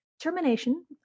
Termination